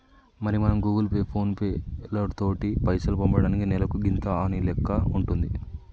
మరి మనం Google Pay ఫోన్ పేలతోటి పైసలు పంపటానికి నెలకు గింత అనే లెక్క ఉంటుంది